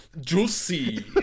Juicy